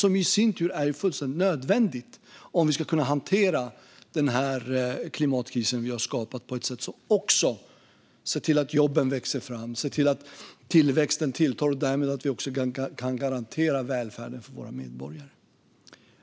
Detta i sin tur är fullständigt nödvändigt om vi ska kunna hantera den klimatkris som vi har skapat på ett sätt som ser till att jobben växer fram, att tillväxten tilltar och därmed att vi kan garantera välfärden för våra medborgare.